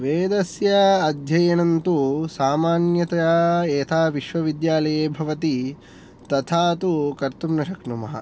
वेदस्य अध्ययनं तु सामान्यतया यथा विश्वविद्यालये भवति तथा तु कर्तुं न शक्नुमः